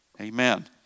Amen